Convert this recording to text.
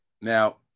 Now